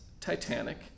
Titanic